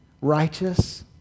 righteous